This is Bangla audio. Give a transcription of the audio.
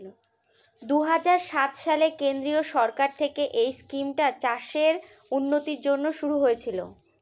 দুই হাজার সাত সালে কেন্দ্রীয় সরকার থেকে এই স্কিমটা চাষের উন্নতির জন্যে শুরু হয়েছিল